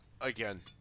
again